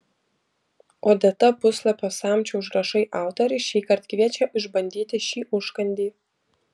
odeta puslapio samčio užrašai autorė šįkart kviečia išbandyti šį užkandį